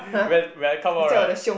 when when I come out right